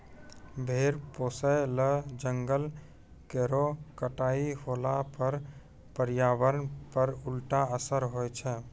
भेड़ पोसय ल जंगल केरो कटाई होला पर पर्यावरण पर उल्टा असर होय छै